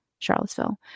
Charlottesville